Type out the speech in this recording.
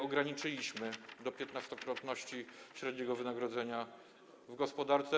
Ograniczyliśmy je do piętnastokrotności średniego wynagrodzenia w gospodarce.